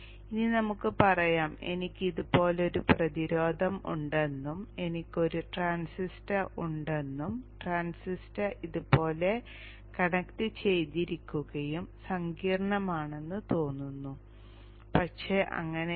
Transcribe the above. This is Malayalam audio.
ഇനി നമുക്ക് പറയാം എനിക്ക് ഇതുപോലൊരു പ്രതിരോധം ഉണ്ടെന്നും എനിക്ക് ഒരു ട്രാൻസിസ്റ്റർ ഉണ്ടെന്നും ട്രാൻസിസ്റ്റർ ഇതുപോലെ കണക്റ്റുചെയ്തിരിക്കുകയും സങ്കീർണ്ണമാണെന്ന് തോന്നുന്നു പക്ഷേ അങ്ങനെയല്ല